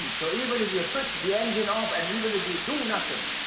and so even if you switch the engine off and even if we do nothing,